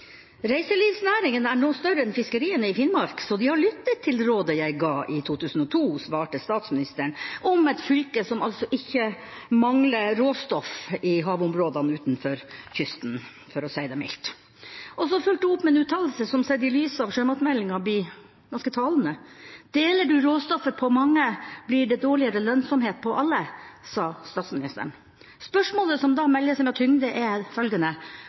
er nå større enn fiskeriene i Finnmark, så de har lyttet til rådet fra 2002, svarte statsministeren – om et fylke som altså ikke mangler råstoff i havområdene utenfor kysten, for å si det mildt. Så fulgte hun opp med en uttalelse som sett i lys av sjømatmeldinga blir ganske talende. Statsministeren sa at deler man råstoffet på mange, blir det dårligere lønnsomhet på alle. Spørsmålet som da melder seg med tyngde, er følgende: